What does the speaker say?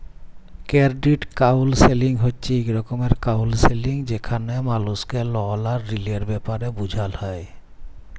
credit counselling হছে ইক রকমের কাউলসেলিংযেখালে মালুসকে লল আর ঋলের ব্যাপারে বুঝাল হ্যয়